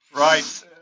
right